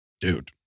dude